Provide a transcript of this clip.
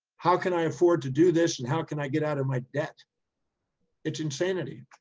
how can i afford to do this and how can i get out of my debt it's insanity.